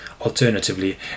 Alternatively